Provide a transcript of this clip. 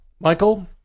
Michael